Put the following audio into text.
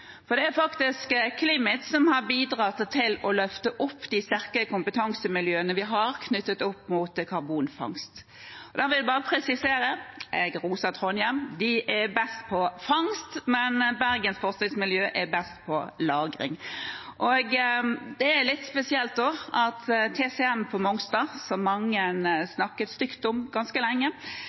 som har bidratt til å løfte opp de sterke kompetansemiljøene vi har knyttet til karbonfangst. La meg bare presisere: Jeg roser Trondheim, de er best på fangst, men Bergens forskningsmiljø er best på lagring. Det er også litt spesielt at TCM på Mongstad, som mange snakket stygt om ganske lenge,